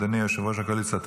אדוני יושב-ראש הקואליציה,